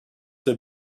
have